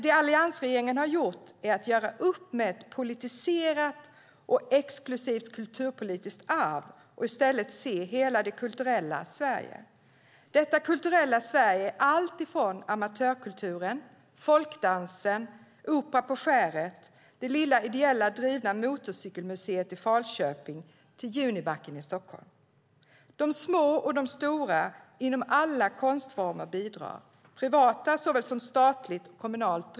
Det alliansregeringen har gjort är att göra upp med ett politiserat och exklusivt kulturpolitiskt arv och i stället se hela det kulturella Sverige. Detta kulturella Sverige är allt från amatörkulturen, folkdansen, Opera på skäret och det lilla, ideellt drivna motorcykelmuseet i Falköping till Junibacken i Stockholm.